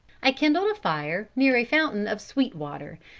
i kindled a fire near a fountain of sweet water,